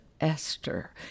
Esther